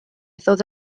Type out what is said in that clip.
ddod